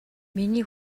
миний